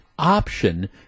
option